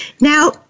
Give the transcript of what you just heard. Now